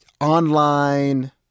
online